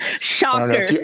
shocker